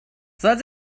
soll